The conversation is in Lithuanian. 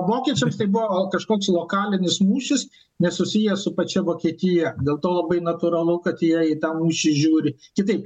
vokiečiams tai buvo kažkoks lokalinis mūšis nesusiję su pačia vokietija dėl to labai natūralu kad jie į tą mūšį žiūri kitaip